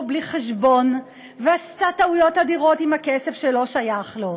בלי חשבון ועשה טעויות אדירות עם כסף שלא שייך לו.